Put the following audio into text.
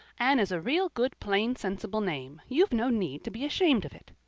anne is a real good plain sensible name. you've no need to be ashamed of it.